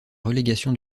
relégation